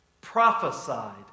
Prophesied